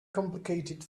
complicated